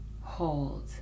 hold